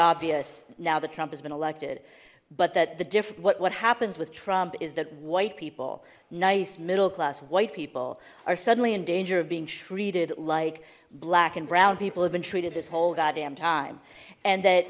obvious now the trump has been elected but that the different what happens with trump is that white people nice middle class white people are suddenly in danger of being treated like black and brown people have been treated this whole goddamn time and that